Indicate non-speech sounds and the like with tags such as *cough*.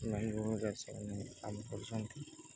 *unintelligible* କାମ କରୁଛନ୍ତି